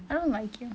I don't like you